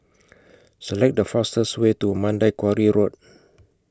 Select The fastest Way to Mandai Quarry Road